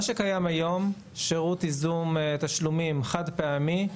מה שקיים היום, שירות ייזום תשלומים חד פעמי,